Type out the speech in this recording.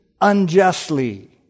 unjustly